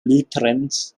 lutherans